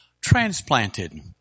Transplanted